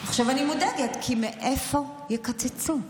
עכשיו, אני מודאגת, כי מאיפה יקצצו?